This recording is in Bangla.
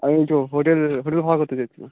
আমি একটু হোটেল হোটেল ভাড়া করতে চাইছিলাম